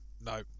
no